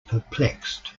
perplexed